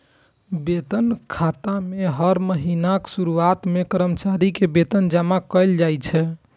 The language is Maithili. वेतन खाता मे हर महीनाक शुरुआत मे कर्मचारी के वेतन जमा कैल जाइ छै